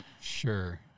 Sure